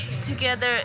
together